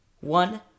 One